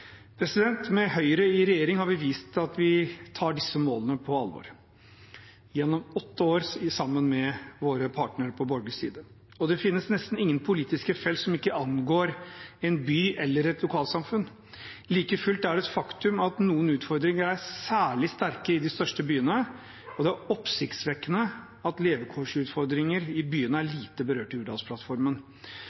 Med Høyre i regjering har vi vist at vi tar disse målene på alvor – gjennom åtte år sammen med våre partnere på borgerlig side. Det finnes nesten ingen politiske felt som ikke angår en by eller et lokalsamfunn. Like fullt er det et faktum at noen utfordringer er særlig sterke i de største byene, og det er oppsiktsvekkende at levekårsutfordringer i byene er lite berørt i